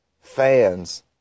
fans